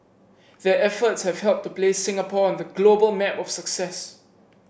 their efforts have helped to place Singapore on the global map of success